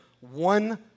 one